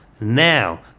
now